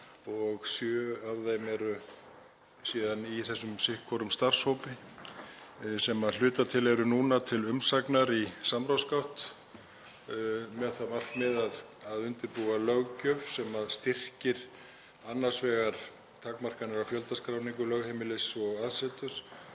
og sjö af þeim eru síðan þessum tveimur starfshópum og eru að hluta til til umsagnar í samráðsgátt með það að markmiði að undirbúa löggjöf sem styrkir annars vegar takmarkanir á fjöldaskráningu lögheimilis og aðseturs